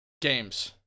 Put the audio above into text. games